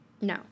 No